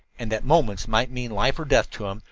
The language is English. and that moments might mean life or death to him,